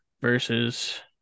versus